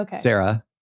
Sarah